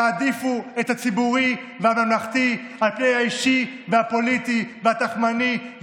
תעדיפו את הציבורי והממלכתי על פני האישי והפוליטי והתחמני,